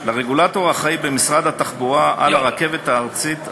לרגולטור האחראי במשרד התחבורה על הרכבת הארצית,